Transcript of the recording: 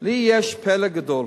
לי יש פלא גדול,